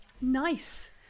Nice